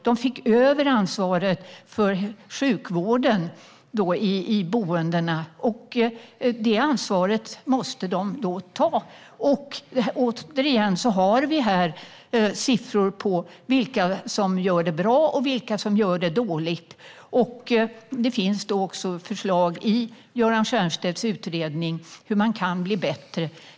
De fick ta över ansvaret för sjukvården i boendena, och det ansvaret måste de då ta. Vi har siffror på vilka som gör det bra och vilka som gör det dåligt. Det finns också förslag i Göran Stiernstedts utredning om hur man kan bli bättre.